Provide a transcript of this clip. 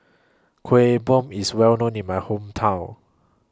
Kuih Bom IS Well known in My Hometown